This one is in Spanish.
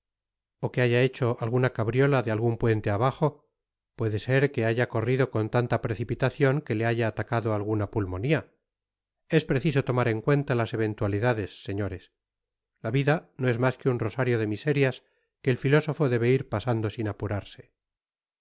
ó que haya hecho alguna cabriola de algun puente abajo puede ser que haya corrido con tanta precipitacion que le haya atacado alguna pulmonía es preciso tomar en cuenta las eventualidades señores la vida no es mas que un rosario de miserias que el filósofo debe ir pasando sin apurarse